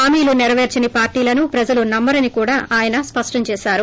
హామీలు నెరవేర్సని పార్టీలను ప్రజలు నమ్మరని కూడా ఆయన స్పష్టం చేసారు